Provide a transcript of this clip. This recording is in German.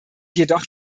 jedoch